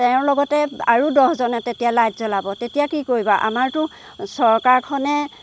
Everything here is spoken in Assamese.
তেওঁৰ লগতে আৰু দহজনে তেতিয়া লাইট জ্বলাব তেতিয়া কি কৰিব আমাৰতো চৰকাৰখনে